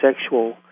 sexual